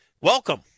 Welcome